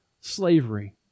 slavery